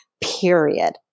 period